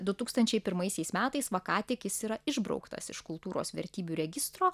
du tūkstančiai pirmaisiais metais va ką tik jis yra išbrauktas iš kultūros vertybių registro